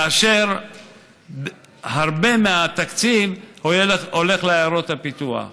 כאשר הרבה מהתקציב הולך לעיירות הפיתוח.